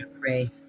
pray